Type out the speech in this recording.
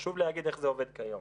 חשוב להגיד איך זה עובד כיום.